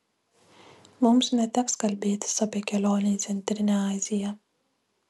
mums neteks kalbėtis apie kelionę į centrinę aziją